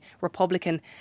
Republican